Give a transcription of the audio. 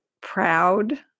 proud